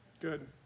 Good